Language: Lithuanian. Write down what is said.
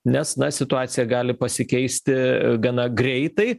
nes na situacija gali pasikeisti gana greitai